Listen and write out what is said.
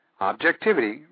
Objectivity